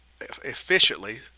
efficiently